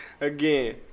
again